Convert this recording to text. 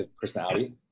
personality